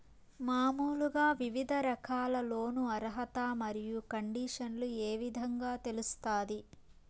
మామూలుగా వివిధ రకాల లోను అర్హత మరియు కండిషన్లు ఏ విధంగా తెలుస్తాది?